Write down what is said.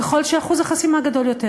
ככל שאחוז החסימה גדול יותר,